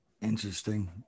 Interesting